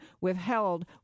withheld